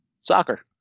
Soccer